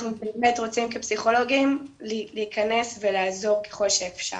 אנחנו באמת רוצים כפסיכולוגים להיכנס ולעזור ככל שאפשר.